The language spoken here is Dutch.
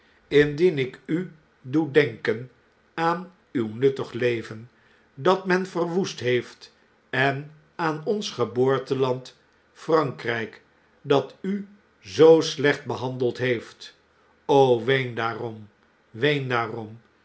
indien ik u doe denken aan uw nuttig leven dat men verwoest heeft en aan ons geboorteland frank rflk dat u zoo slecht behandeld heeft o ween daarom ween daarom